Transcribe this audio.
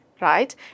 right